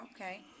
Okay